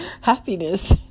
Happiness